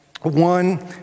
one